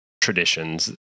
traditions